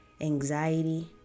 anxiety